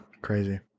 Crazy